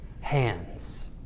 Hands